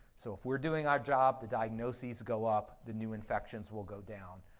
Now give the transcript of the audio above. so if we're doing our job, the diagnoses go up, the new infections will go down,